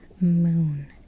moon